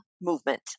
movement